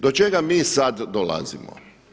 Do čega mi sad dolazimo?